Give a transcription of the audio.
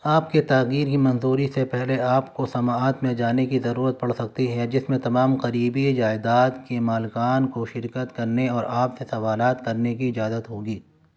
آپ کے تاغیر کی منظوری سے پہلے آپ کو سماعت میں جانے کی ضرورت پڑ سکتی ہے جس میں تمام قریبی جائیداد کے مالکان کو شرکت کرنے اور آپ سے سوالات کرنے کی اجازت ہوگی